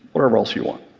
whatever else you want.